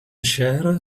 chér